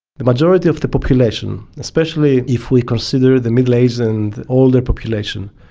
the majority of the population, especially if we consider the middle-aged and older population,